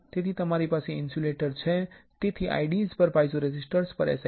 તેથી તમારી પાસે ઇન્સ્યુલેટર છે તેથી IDEs પર પાઇઝોરેઝિસ્ટર પર SiO2 છે